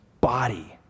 body